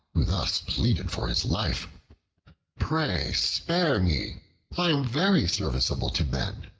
who thus pleaded for his life pray spare me i am very serviceable to men.